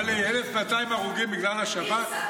טלי, 1,200 הרוגים בגלל השב"כ?